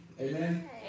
Amen